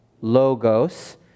logos